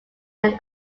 are